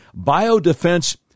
biodefense